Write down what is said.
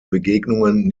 begegnungen